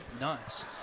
Nice